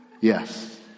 Yes